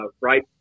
right